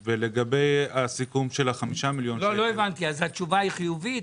אם כן, התשובה היא חיובית?